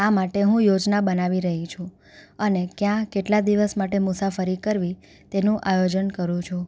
આ માટે હું યોજના બનાવી રહી છું અને ક્યાં કેટલા દિવસ માટે મુસાફરી કરવી તેનું આયોજન કરું છું